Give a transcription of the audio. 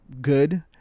good